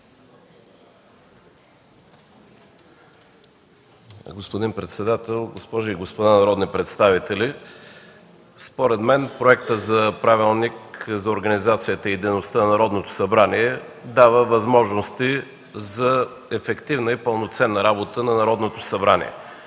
Господин председател, госпожи и господа народни представители! Според мен Проектът за правилник за организацията и дейността на Народното събрание дава възможности за ефективна и пълноценна работа на Народното събрание.